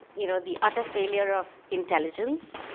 you know, the utter failure of intelligence